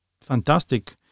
fantastic